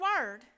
word